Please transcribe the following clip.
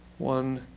one,